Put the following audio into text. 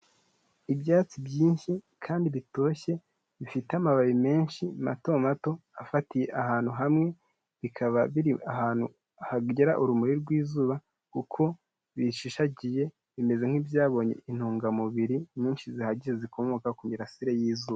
Ibyatsi byinshi kandi bitoshye, bifite amababi menshi mato mato, afatiye ahantu hamwe, bikaba biri ahantu hagera urumuri rw'izuba kuko bishishagiye bimeze nk'ibyabonye intungamubiri nyinshi zihagije zikomoka ku mirasire y'izuba.